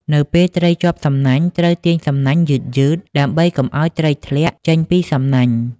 នៅពេលត្រីជាប់សំណាញ់ ត្រូវទាញសំណាញ់យឺតៗ ដើម្បីកុំឲ្យត្រីធ្លាក់ចេញពីសំណាញ់។